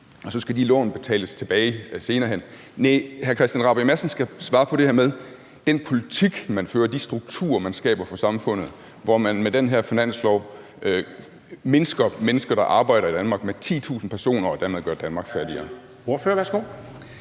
lån så skal betales tilbage senere hen. Næh, hr. Christian Rabjerg Madsen skal svare på det her, der handler om den politik, man fører, og de strukturer, man skaber for samfundet, hvor man med den her finanslov mindsker det antal mennesker, der arbejder i Danmark, med 10.000 personer og dermed gør Danmark fattigere. Kl.